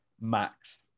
Max